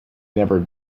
never